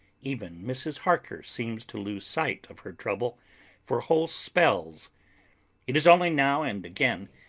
even mrs. harker seems to lose sight of her trouble for whole spells it is only now and again,